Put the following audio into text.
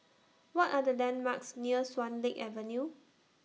What Are The landmarks near Swan Lake Avenue